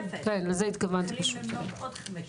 זה מחזיר אותם לנקודה --- לעוד חמש שנים.